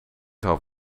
gaf